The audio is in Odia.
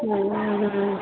ଉଁ ହୁଁ